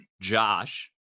Josh